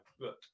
look